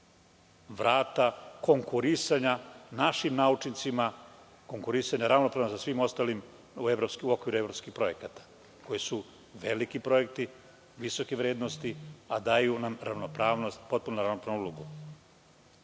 vrata konkurisanja našim naučnicima, konkurisanja ravnopravno sa svim ostalim u okviru evropskih projekata koji su veliki projekti, visoke vrednosti, a daju nam ravnopravnost, potpuno ravnopravnu ulogu. Danas